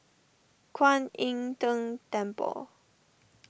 Kwan Im Tng Temple